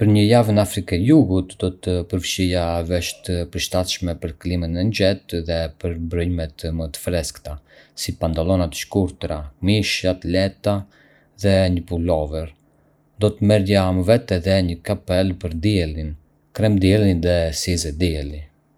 Për një javë në Afrikën e Jugut, do të përfshija veshje të përshtatshme për klimën e nxehtë dhe për mbrëmjet më të freskëta, si pantallona të shkurtra, këmisha të lehta, dhe një pulovër. Do të merrja me vete edhe një kapele për diellin, krem dielli dhe syze dielli.